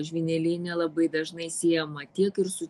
žvynelinė labai dažnai siejama tiek ir su